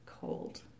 cold